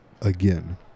again